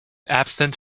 absent